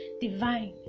divine